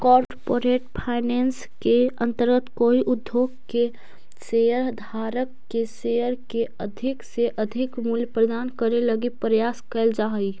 corporate finance के अंतर्गत कोई उद्योग के शेयर धारक के शेयर के अधिक से अधिक मूल्य प्रदान करे लगी प्रयास कैल जा हइ